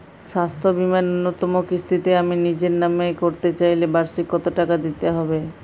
স্বাস্থ্য বীমার ন্যুনতম কিস্তিতে আমি নিজের নামে করতে চাইলে বার্ষিক কত টাকা দিতে হবে?